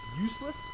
useless